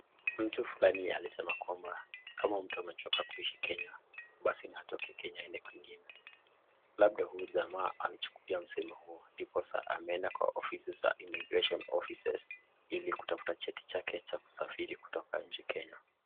Mtu fulani alisema kwamba kama mtu amechoka kuishi Kenya basi atoke Kenya enda kwingine labda huyu jamaa alichukua msemo huo ndiposa ameenda kwa ofisi za Immigration officices ili kutafuta cheti chake cha kusafiri kutoka nji Kenya.